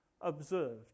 observed